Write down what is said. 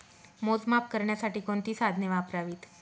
मोजमाप करण्यासाठी कोणती साधने वापरावीत?